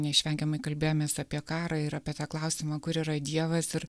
neišvengiamai kalbėjomės apie karą ir apie tą klausimą kur yra dievas ir